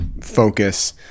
focus